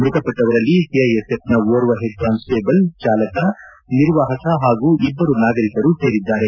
ಮೃತಪಟ್ಟವರಲ್ಲಿ ಸಿಐಎಸ್ಎಫ್ನ ಓರ್ವ ಹೆಡ್ಕಾನ್ಸಟೇಬಲ್ ಚಾಲಕ ನಿರ್ವಾಹಕ ಹಾಗೂ ಇಬ್ಲರು ನಾಗರಿಕರು ಸೇರಿದ್ದಾರೆ